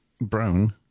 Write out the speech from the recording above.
brown